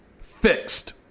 Fixed